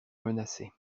menacée